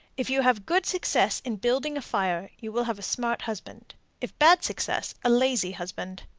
if you have good success in building a fire, you will have a smart husband if bad success, a lazy husband.